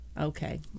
Okay